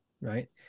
Right